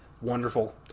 Wonderful